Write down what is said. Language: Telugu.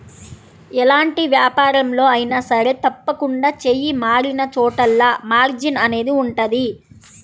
ఎలాంటి వ్యాపారంలో అయినా సరే తప్పకుండా చెయ్యి మారినచోటల్లా మార్జిన్ అనేది ఉంటది